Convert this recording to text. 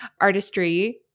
artistry